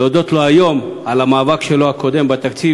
אני רוצה להודות לו היום על המאבק הקודם שלו בתקציב.